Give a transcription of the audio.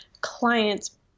clients